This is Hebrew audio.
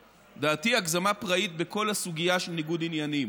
לדעתי, הגזמה פראית, בכל הסוגיה של ניגוד עניינים.